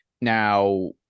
Now